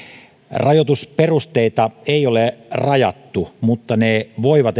rajoitusperusteita ei ole rajattu mutta ne voivat